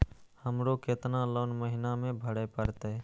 हमरो केतना लोन महीना में भरे परतें?